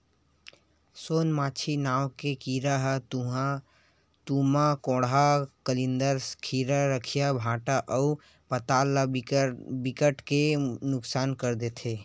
सोन मांछी नांव के कीरा ह तुमा, कोहड़ा, कलिंदर, खीरा, रखिया, भांटा अउ पताल ल बिकट के नुकसान कर देथे